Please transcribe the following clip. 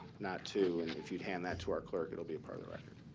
not two. and if you'd hand that to our clerk, it will be a part of the record.